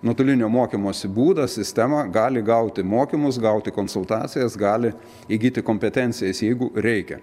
nuotolinio mokymosi būdą sistemą gali gauti mokymus gauti konsultacijas gali įgyti kompetencijas jeigu reikia